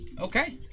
Okay